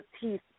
teeth